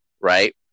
right